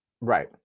Right